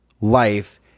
life